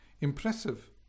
impressive